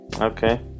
Okay